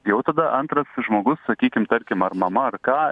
jau tada antras žmogus sakykim tarkim ar mama ar ką